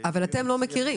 כמובן שאם יש צורך, הם מגיעים.